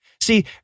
See